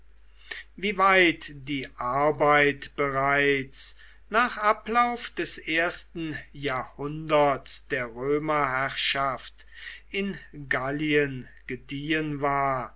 wie weit die arbeit bereits nach ablauf des ersten jahrhunderts der römerherrschaft in gallien gediehen war